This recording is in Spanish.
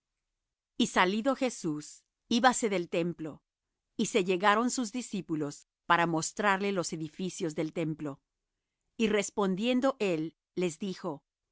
y salido jesús íbase del templo y se llegaron sus discípulos para mostrarle los edificios del templo y respondiendo él les dijo